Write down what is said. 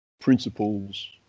principles